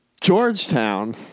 Georgetown